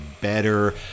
better